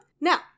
Now